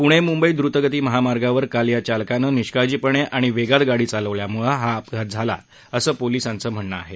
पुणे मुंबई द्रतगती महामार्गावर काल या चालकानं निष्काळीपणे आणि वेगात गाडी चालवल्यामुळं हा अपघात झाल्याचं पोलिसाचं म्हणणं आहे